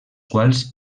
quals